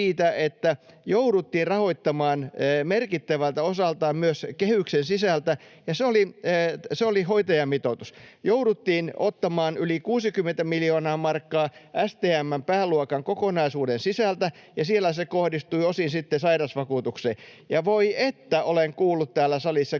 perusteltuakin — rahoittamaan merkittävältä osaltaan myös kehyksen sisältä, ja se oli hoitajamitoitus. Jouduttiin ottamaan yli 60 miljoonaa euroa STM:n pääluokan kokonaisuuden sisältä, ja siellä se kohdistui osin sairausvakuutukseen. Ja voi että, olen kuullut täällä salissa kymmeniä